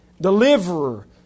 deliverer